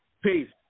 Peace